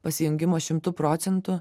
pajungimo šimtu procentų